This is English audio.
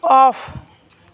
off